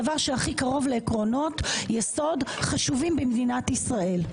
דבר שהכי קרוב לעקרונות יסוד חשובים במדינת ישראל.